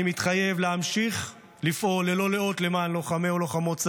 אני מתחייב להמשיך לפעול ללא לאות למען לוחמי ולוחמות צה"ל,